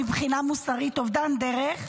מבחינה מוסרית, אובדן דרך.